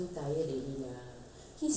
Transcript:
fed up you know he's fed up